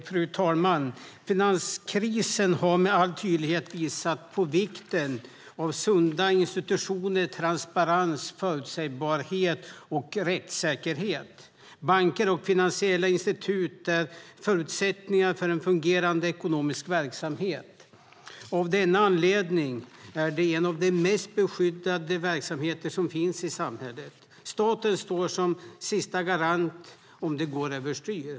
Fru talman! Finanskrisen har med all tydlighet visat på vikten av sunda institutioner, transparens, förutsägbarhet och rättssäkerhet. Banker och finansiella institut är förutsättningar för en fungerande ekonomisk verksamhet. Av denna anledning är det en av de mest beskyddade verksamheter som finns i samhället. Staten står som sista garant om det går över styr.